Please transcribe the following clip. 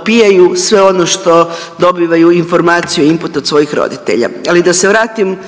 upijaju sve ono što dobivaju informaciju imput od svojih roditelja. Ali da se vratim